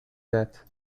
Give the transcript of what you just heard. that